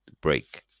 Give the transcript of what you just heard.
break